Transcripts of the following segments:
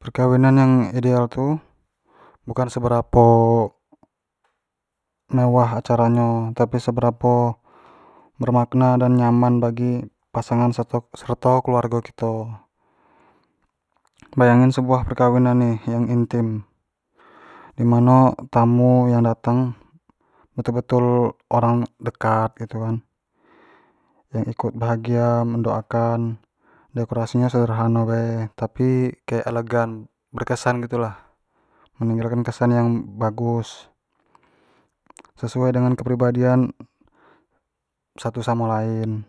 perkawinan yang ideal tu bukan seberapo mewah acara nyo, tapi seberapo bermakna dan nyaman bagi pasangan ser-serto keluarga kito, bayangin sebuah perkawinan ni yang intim, dimano tamu yang datang betul-betu orang dekat gitu kan, yang ikut bahagia mendoakan dekorasi nyo sederhana bae tapi kek elegan berkesan gitu lah, meninggal kesan yang bagus sesuai dengan kepribadian satu samo lain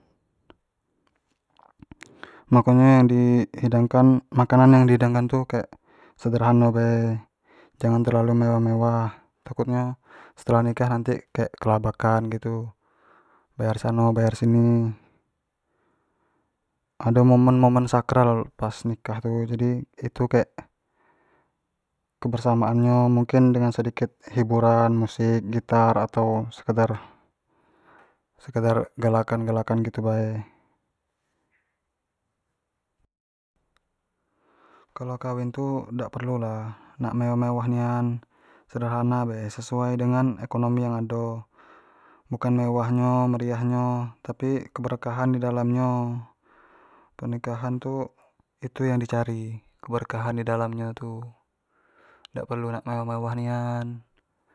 makonyo yang di hidangkan, makanan yang di hidangkan itu kek sederhano bae, jangan terlalu mewah-mewah takutnyo setelah nikah nanti kek kelabakan gitu, bayar sano bayar sini, ado momen-momen sakral pas nikah tu. itu kek kebersamaan nyo mungkin dengan sedikit hiburan musik, gitar, atau sekedar-sekedar gelakan-gelakan itu bae kalau kawin tu dak perlu lah nak mewah-mewah nian. sederhana bae sesuai dengan ekonomi yang ado, bukan mewah nyo, meriah nyo, tapi keberkahan nyo pernikahan tu itu yang dicari keberkahan di dalam nyo tu, dak perlu nak mewah-mewah nian.